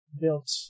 built